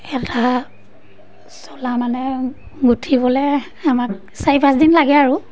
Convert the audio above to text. এটা চোলা মানে গুঠিবলৈ আমাক চাৰি পাঁচদিন লাগে আৰু